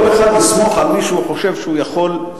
כל אחד יסמוך על מי שהוא חושב שהוא יכול לסמוך.